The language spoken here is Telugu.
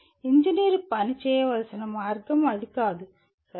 ఇంజనీర్ పని చేయవలసిన మార్గం అది కాదు సరేనా